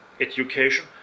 education